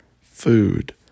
food